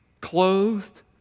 clothed